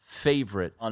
favorite